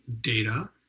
data